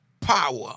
power